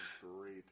great